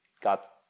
got